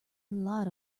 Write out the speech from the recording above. lot